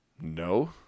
No